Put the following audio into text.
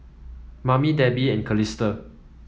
Mamie Debi and Calista